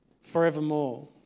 forevermore